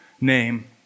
name